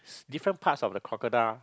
different parts of the crocodiles